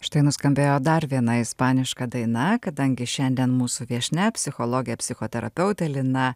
štai nuskambėjo dar viena ispaniška daina kadangi šiandien mūsų viešnia psichologė psichoterapeutė lina